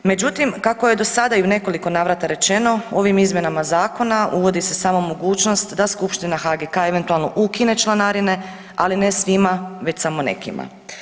Međutim, kako je do sada i u nekoliko navrata rečeno ovim izmjenama zakona uvodi se samo mogućnost da skupština HGK eventualno ukine članarine, ali ne svima već samo nekima.